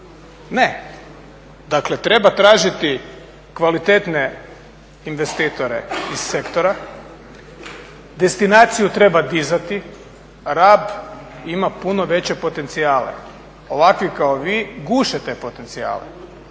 Ne. Dakle treba tražiti kvalitetne investitore iz sektora, destinaciju treba dizati. Rab ima puno veće potencijale. Ovakvi kao vi guše takve potencijale.